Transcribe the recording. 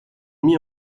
mis